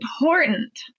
important